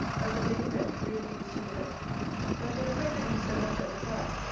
that the lady meant really used him ill that it affected him so much at the time,